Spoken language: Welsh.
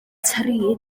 tri